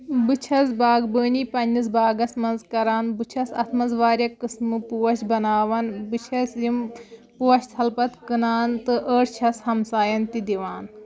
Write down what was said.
بہٕ چھَس باغبٲنی پَنٕنِس باغس منٛز کران بہٕ چھَس اَتھ منٛز واریاہ قسمہٕ پوش بَناوان بہٕ چھَس یِم پوش تھل پتہٕ کٕنان تہٕ أڈۍ چھَس ہمساین تہِ دِوان